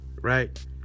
right